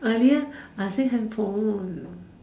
earlier I say handphone